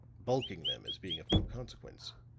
bulking them as being of no consequence,